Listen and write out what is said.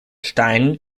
steinen